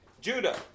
Judah